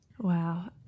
Wow